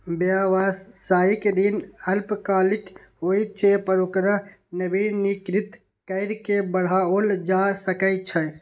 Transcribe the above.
व्यावसायिक ऋण अल्पकालिक होइ छै, पर ओकरा नवीनीकृत कैर के बढ़ाओल जा सकै छै